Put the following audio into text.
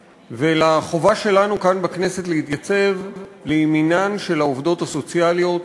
ולחובה שלנו כאן בכנסת להתייצב לימינן של העובדות הסוציאליות,